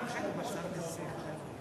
מטעם ועדת החוקה,